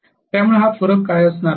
त्यामुळे हा फरक काय असणार आहे